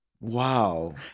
wow